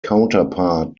counterpart